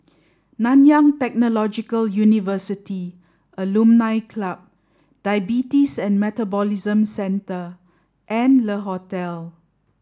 Nanyang Technological University Alumni Club Diabetes and Metabolism Centre and Le Hotel